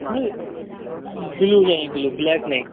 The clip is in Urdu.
نہیں بلو میں ہے بلو بلیک نہیں